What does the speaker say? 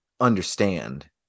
Understand